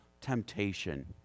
temptation